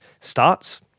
starts